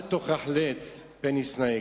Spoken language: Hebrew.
אל תוכח לץ פן ישנאך,